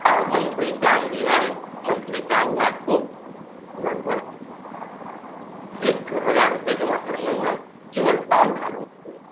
हाँ monthly plan भी है मन्थली प्लान में आपको लगभग एक हज़ार रुपये जमा करने हैं केवल पाँच सालों के लिए